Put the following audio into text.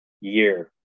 year